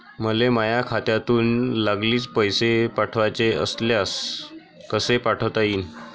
मले माह्या खात्यातून लागलीच पैसे पाठवाचे असल्यास कसे पाठोता यीन?